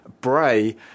Bray